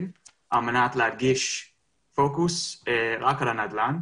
על מנת להגיש פוקוס רק על הנדל"ן,